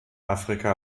afrika